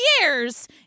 years